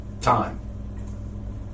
time